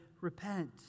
repent